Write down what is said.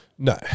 No